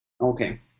Okay